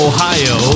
Ohio